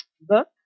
book